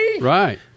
right